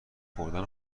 خوردن